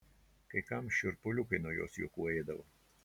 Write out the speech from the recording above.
kai kam šiurpuliukai nuo jos juokų eidavo